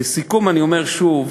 לסיכום, אני אומר שוב,